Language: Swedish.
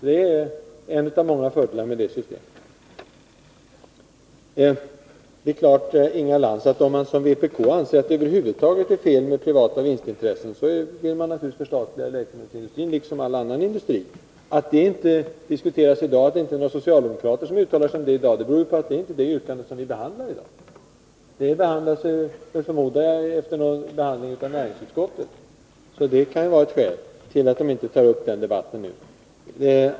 Det är en av många fördelar med husläkarsystemet. Det är klart, Inga Lantz, att om man — som vpk gör — anser att det över huvud taget är fel med privata vinstintressen, då vill man naturligtvis förstatliga läkemedelsindustrin liksom all annan industri. Det förhållandet att det inte är några socialdemokrater som uttalar sig om den frågan i dag, beror kanske på att det inte är det yrkandet vi behandlar. Det tas upp i kammaren, förmodar jag, efter behandling av näringsutskottet. Det kan alltså vara ett skäl till att inte socialdemokraterna tar upp den debatten nu.